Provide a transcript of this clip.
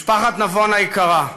משפחת נבון היקרה,